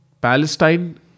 Palestine